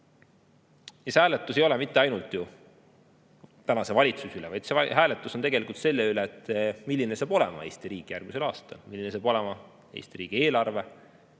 See hääletus ei ole mitte ainult tänase valitsuse üle. See hääletus on tegelikult selle üle, milline saab olema Eesti riik järgmisel aastal, milline saab olema Eesti riigi eelarve,